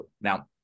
Now